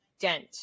dent